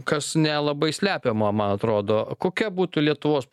kas nelabai slepiama man atrodo kokia būtų lietuvos